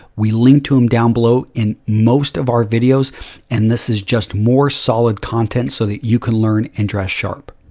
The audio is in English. we link to them down below and most of our videos and this is just more solid contents so that you can learn and dress sharp.